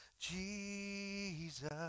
Jesus